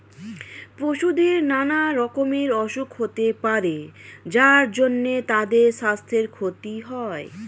পশুদের নানা রকমের অসুখ হতে পারে যার জন্যে তাদের সাস্থের ক্ষতি হয়